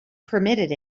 permitted